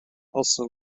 also